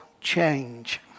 change